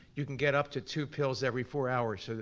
you can get up to two pills every four hours. so